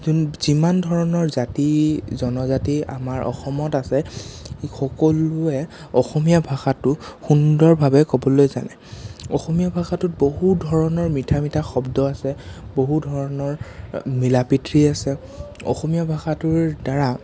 যোন যিমান ধৰণৰ জাতি জনজাতি আমাৰ অসমত আছে সকলোৱে অসমীয়া ভাষাটো সুন্দৰভাৱে ক'বলৈ জানে অসমীয়া ভাষাটোত বহু ধৰণে মিঠা মিঠা শব্দ আছে বহু ধৰণৰ মিলাপ্ৰীতি আছে অসমীয়া ভাষাটোৰ দ্বাৰা